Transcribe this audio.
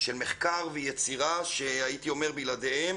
של מחקר ויצירה, והייתי אומר שבלעדיהם